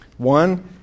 One